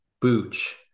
booch